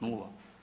Nula.